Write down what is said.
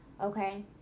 okay